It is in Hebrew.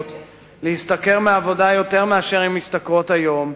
להשתכר מעבודה יותר ממה שהן משתכרות היום,